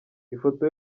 ifoto